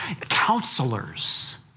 counselors